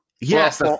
Yes